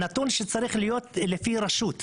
הנתון שצריך להיות הוא לפי רשות,